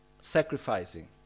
sacrificing